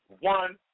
one